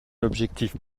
objectif